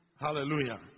Hallelujah